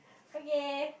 okay